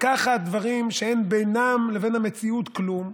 לקחת דברים שאין בינם לבין המציאות כלום.